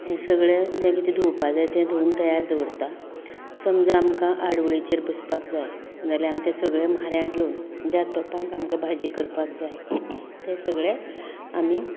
हें सगलें जें कितें धुंवपाक जाय तें धुंवन तयार दवरता समजा आमकां आदोळेचेर बसपाक जाय जाल्यार आमी तें सगलें म्हऱ्यांत घेवन ज्या तोपांत आमकां भाजी करपाक जाय तें सगलें आमी